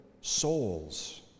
souls